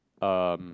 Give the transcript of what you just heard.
um